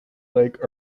lake